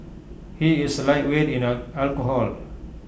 he is A lightweight in A alcohol